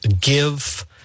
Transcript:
give